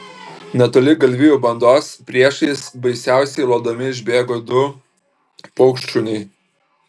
netoli galvijų bandos priešais baisiausiai lodami išbėgo du paukštšuniai